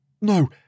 No